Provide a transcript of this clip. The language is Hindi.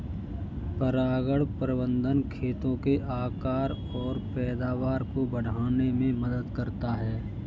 परागण प्रबंधन खेतों के आकार और पैदावार को बढ़ाने में मदद करता है